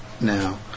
now